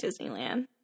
Disneyland